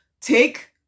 Take